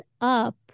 up